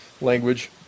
language